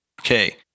Okay